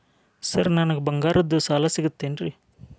Sir ನನಗೆ ಬಂಗಾರದ್ದು ಸಾಲ ಸಿಗುತ್ತೇನ್ರೇ?